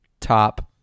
Top